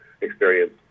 experience